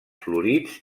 florits